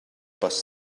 bus